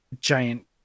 giant